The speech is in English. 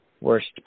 worst